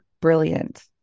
brilliant